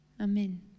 Amen